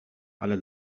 ale